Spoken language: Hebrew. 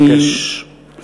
אני מבקש לסיים.